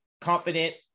confident